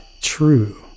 true